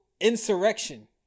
insurrection